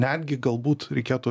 netgi galbūt reikėtų